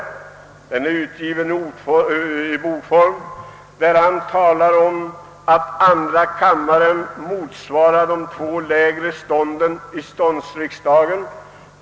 Han säger där att andra kammaren motsvarar de två lägre stånden i ståndsriksdagen.